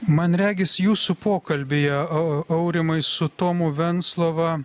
man regis jūsų pokalbyje aurimai su tomu venclova